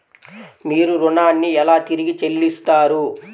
మీరు ఋణాన్ని ఎలా తిరిగి చెల్లిస్తారు?